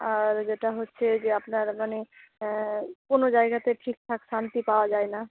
আর যেটা হচ্ছে যে আপনার মানে কোনো জায়গাতে ঠিকঠাক শান্তি পাওয়া যায় না